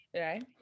right